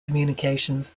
communications